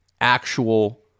actual